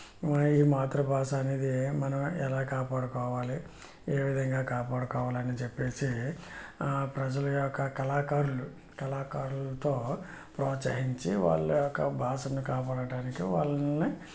ఈ మాతృభాష అనేది మనం ఎలా కాపాడుకోవాలి ఏ విధంగా కాపాడుకోవాలని చెప్పేసి ఆ ప్రజలు యొక్క కళాకారులు కళాకారులతో ప్రోత్సహించి వాళ్ల యొక్క భాషను కాపాడటానికి వాళ్లని